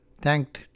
thanked